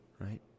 right